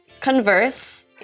converse